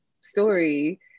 story